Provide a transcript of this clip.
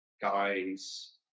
guys